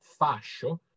fascio